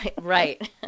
Right